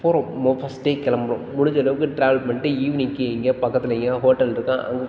போகிறோம் நாம் first day கிளம்பறோம் முடிஞ்ச அளவுக்கு ட்ராவல் பண்ணிவிட்டு ஈவினிங்குக்கு எங்கேயாவது பக்கத்தில் எங்கேயாவது ஹோட்டல் இருக்கா அங்கே